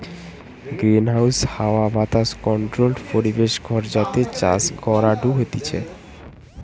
greenhouse হাওয়া বাতাস controlled পরিবেশ ঘর যাতে চাষ করাঢু হতিছে